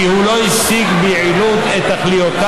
כי הוא לא השיג ביעילות את תכליותיו